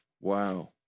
Wow